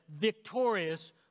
victorious